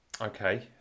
okay